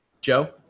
Joe